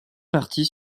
partie